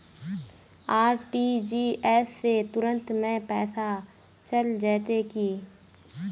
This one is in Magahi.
आर.टी.जी.एस से तुरंत में पैसा चल जयते की?